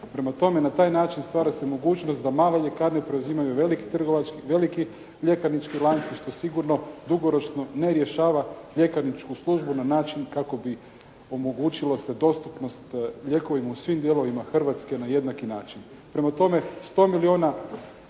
Prema tome, na taj način stvara se mogućnost da male ljekarne preuzimaju veliki ljekarnički lanci što sigurno dugoročno ne rješava ljekarničku službu na način kako bi omogućilo se dostupnost lijekovima u svim dijelovima Hrvatske na jednaki način. Prema tome, 100 milijuna